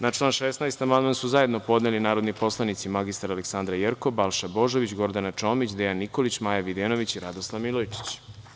Na član 16. amandman su zajedno podneli narodni poslanici mr Aleksandra Jerkov, Balša Božović, Gordana Čomić, Dejan Nikolić, Maja Videnović i Radoslav Milojičić.